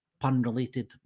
pun-related